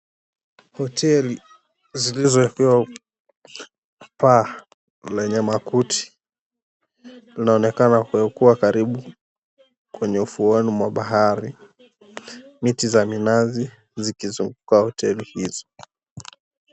Hoteli zilizowekewa paa lenye makuti, zinaonekana kuwa karibu kwenye ufuoni mwa bahari. Miti za minazi zikizunguka hoteli hizo.